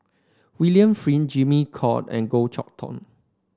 William Flint Jimmy Call and Goh Chok Tong